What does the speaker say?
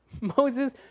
Moses